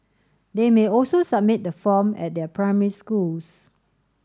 they may also submit the form at their primary schools